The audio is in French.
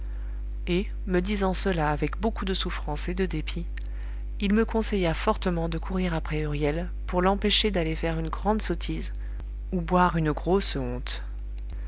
et me disant cela avec beaucoup de souffrance et de dépit il me conseilla fortement de courir après huriel pour l'empêcheur d'aller faire une grande sottise ou boire une grosse honte